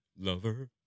lover